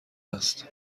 است